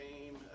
game